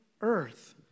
earth